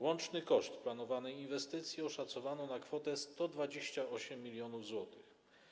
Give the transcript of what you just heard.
Łączny koszt planowanej inwestycji oszacowano na kwotę 128 mln zł.